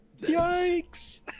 Yikes